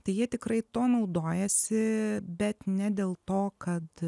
tai jie tikrai tuo naudojasi bet ne dėl to kad